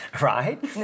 right